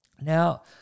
now